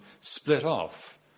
split-off